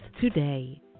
today